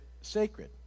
sacred